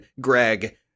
Greg